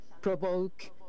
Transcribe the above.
provoke